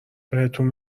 بهتون